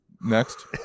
next